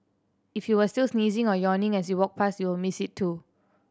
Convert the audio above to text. if you were still sneezing or yawning as you walked past you will miss it too